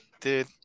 dude